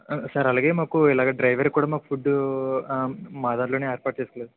sir అలాగే మాకు ఇలాగ డ్రైవర్ కూడా మాకు ఫుడ్డు మా దాంట్లోనే ఏర్పాటు చేసుకోవాలా సార్